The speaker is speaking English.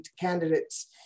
candidates